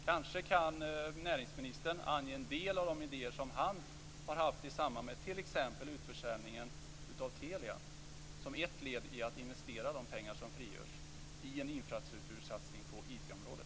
Kanske kan näringsministern ange en del av de idéer han har haft i samband med t.ex. utförsäljningen av Telia som ett led i att investera de pengar som frigörs i en infrastruktursatsning på IT-området.